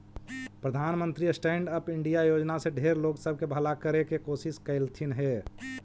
प्रधानमंत्री stand up India योजना से ढेर लोग सब के भला करे के कोशिश कयलथिन हे